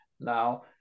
now